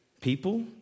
People